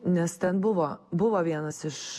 nes ten buvo buvo vienas iš